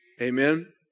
Amen